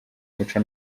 muco